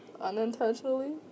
unintentionally